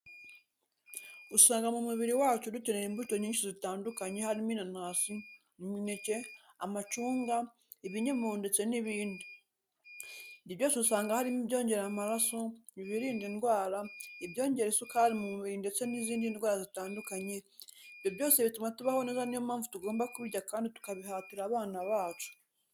Usanga mu mubiri wacu dukenera imbuto nyinshi zitandukanye harimo inanasi, imineke, amacunga, ibinyomoro ndetse n'ibindi, ibyo byose usanga harimo ibyongera amaraso, ibirinda indwara, ibyongera isukari mu mubiri ndetse n'izindi ndwara zitandukanye, ibyo byose bituma tubaho neza ni yo mpamvu tugomba kubirya kandi tukabihatira abana bacu.